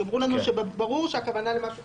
אמרו לנו שברור שהכוונה למשהו כללי,